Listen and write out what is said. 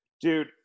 Dude